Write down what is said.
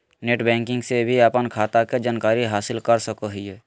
net banking से भी अपन खाता के जानकारी हासिल कर सकोहिये